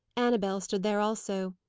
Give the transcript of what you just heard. annabel stood there also.